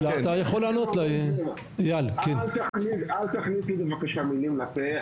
אל תכניס לי בבקשה מילים לפה.